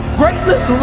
greatness